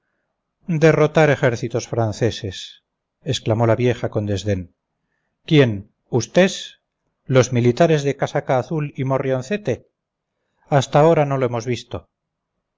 derrotar ejércitos franceses exclamó la vieja con desdén quién ustés los militares de casaca azul y morrioncete hasta ahora no lo hemos visto